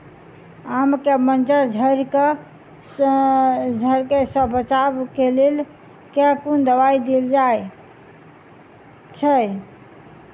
आम केँ मंजर झरके सऽ बचाब केँ लेल केँ कुन दवाई देल जाएँ छैय?